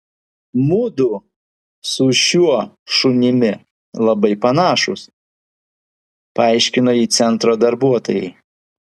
mudu su šiuo šunimi labai panašūs paaiškino ji centro darbuotojai